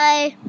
Bye